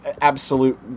absolute